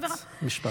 בסדר, משפט.